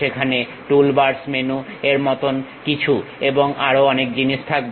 সেখানে toolbars menu এর মত কিছু এবং আরো অনেক জিনিস থাকবে